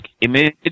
image